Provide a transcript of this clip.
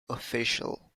official